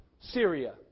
Syria